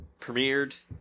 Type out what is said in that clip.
premiered